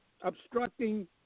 obstructing